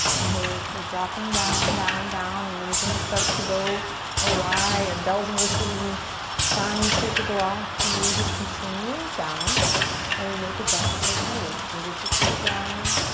so we're dropping down, down, down, and then things start to go awry and bell and whistles and signs start to go off and we just continue down and we make adjustments as needed. fingertips to the ground.